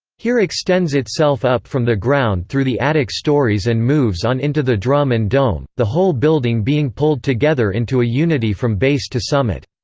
here extends itself up from the ground through the attic stories and moves on into the drum and dome, the whole building being pulled together into a unity from base to summit.